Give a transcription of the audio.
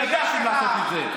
ידעתם לעשות את זה.